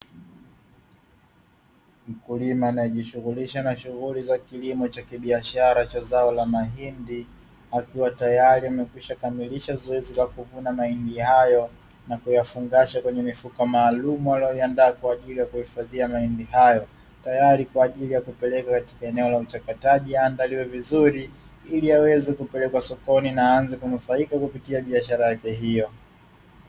Mkulima anayejishughulisha na shughuli za kilimo cha kibiashara cha zao la mahindi. Akiwa tayari amekwisha kamilisha zoezi la kuvuna mahindi hayo na kuyafungasha kwenye mifuko maalum walioandaa kwa ajili ya kuhifadhia mahindi hayo, tayari kwa ajili ya kupeleka katika eneo la uchakataji yaandaliwe vizuri ili yaweze kupelekwa sokoni na aanze kunufaika kupitia biashara yake hiyo.